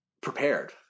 prepared